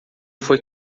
foi